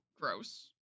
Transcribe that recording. gross